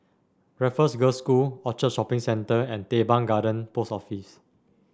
Raffles Girls' School Orchard Shopping Centre and Teban Garden Post Office